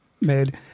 made